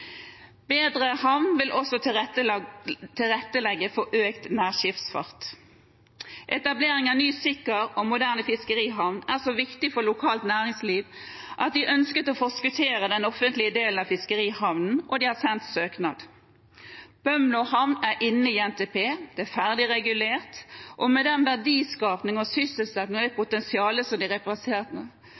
Bedre havn vil også tilrettelegge for økt nærskipsfart. Etablering av ny, sikker og moderne fiskerihavn er så viktig for lokalt næringsliv at de ønsket å forskuttere den offentlige delen av fiskerihavnen, og de har sendt søknad. Bømlo havn er inne i NTP, den er ferdigregulert, og med det verdiskapings- og sysselsettingspotensialet som den representerer, overrasket det oss at de